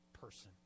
person